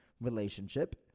relationship